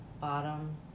Bottom